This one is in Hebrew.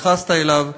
התייחסת אליו.